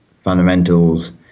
fundamentals